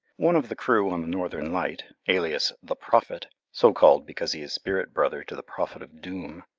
one of the crew on the northern light, alias the prophet, so-called because he is spirit brother to the prophet of doom,